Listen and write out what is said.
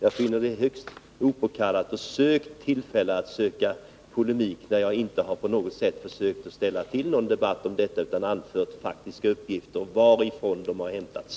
Jag finner det högst opåkallat att söka polemik med mig, när jag inte på något sätt har försökt ställa till någon debatt utan har anfört faktiska uppgifter och talat om varifrån de har hämtats.